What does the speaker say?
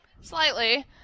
slightly